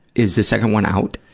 is the second one out?